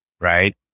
right